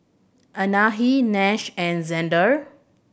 Anahi Nash and Zander